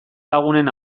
lagunen